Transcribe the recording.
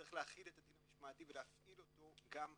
צריך להחיל את הדין המשמעתי ולהפעיל אותו גם עליהם,